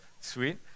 Sweet